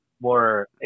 more